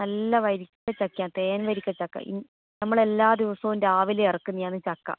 നല്ല വരിക്ക ചക്കയാ തേൻ വരിക്ക ചക്ക ഇ നമ്മളെല്ലാ ദിവസവും രാവിലെ ഇറക്കുന്നതാണ് ചക്ക